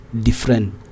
different